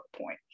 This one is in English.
point